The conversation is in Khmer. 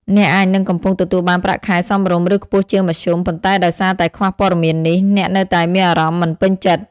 អ្នកអាចនឹងកំពុងទទួលបានប្រាក់ខែសមរម្យ ឬខ្ពស់ជាងមធ្យម ប៉ុន្តែដោយសារតែខ្វះព័ត៌មាននេះ អ្នកនៅតែមានអារម្មណ៍មិនពេញចិត្ត។